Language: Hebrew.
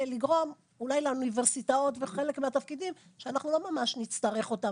לגרום לאוניברסיטאות ולחלק מהתפקידים שאנחנו לא ממש נצטרך אותם.